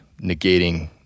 negating